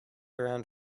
around